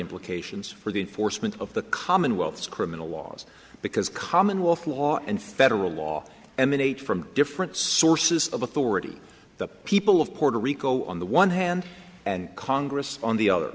implications for the enforcement of the commonwealth's criminal laws because commonwealth law and federal law and an eight from different sources of authority the people of puerto rico on the one hand and congress on the other